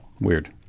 weird